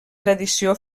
tradició